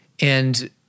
And-